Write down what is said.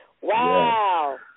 wow